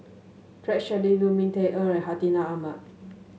Rex Shelley Lu Ming Teh Earl Hartinah Ahmad